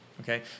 okay